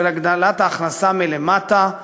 של הגדלת ההכנסה מלמטה,